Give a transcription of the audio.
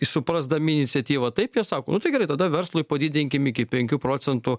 suprasdami iniciatyvą taip jie sako nu tai gerai tada verslui padidinkim iki penkių procentų